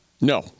No